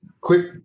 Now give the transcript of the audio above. quick